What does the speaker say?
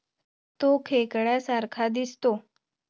तो खेकड्या सारखा दिसतो